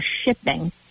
shipping